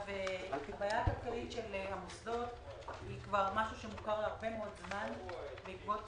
הבעיה הכלכלית של המוסדות היא משהו שקיים הרבה מאוד זמן בעקבות